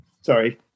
sorry